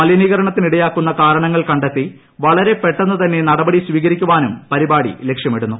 മലിനീകരണത്തിനിടയാക്കുന്ന കാരണങ്ങൾ കണ്ടെത്തി വളരെ പെട്ടെന്ന് തന്നെ നടപടി സ്വീകരിക്കാനും പരിപാടി ലക്ഷ്യമിടുന്നു